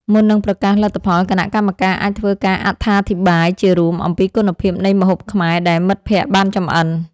មុននឹងប្រកាសលទ្ធផល គណៈកម្មការអាចធ្វើការអត្ថាធិប្បាយជារួមអំពីគុណភាពនៃម្ហូបខ្មែរដែលមិត្តភក្តិបានចម្អិន។